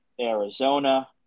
Arizona